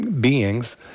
beings